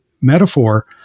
metaphor